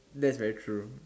that's very true